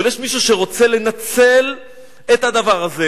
אבל יש מישהו שרוצה לנצל את הדבר הזה